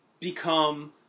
become